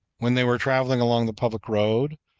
when they were traveling along the public road,